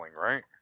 right